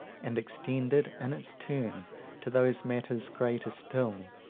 and extended in its turn to those matters greater still,